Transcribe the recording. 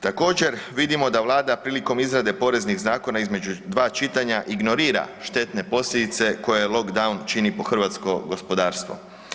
Također, vidimo da Vlada prilikom izrade poreznih zakona između dva čitanja ignorira štetne posljedice koje lockdown čini po hrvatsko gospodarstvo.